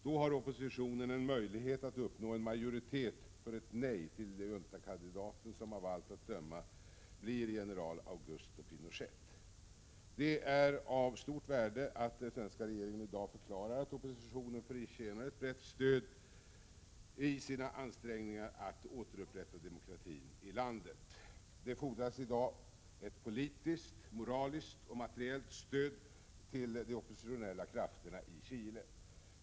Då har oppositionen en möjlighet att uppnå en majoritet för ett nej till juntakandidaten, som av allt att döma blir general Augusto Pinochet. Det är av stort värde att svenska regeringen i dag förklarar att oppositionen förtjänar ett brett stöd i sina ansträngningar att återupprätta demokratin i landet. Det fordras i dag ett politiskt, moraliskt och materiellt stöd till de oppositionella krafterna i Chile.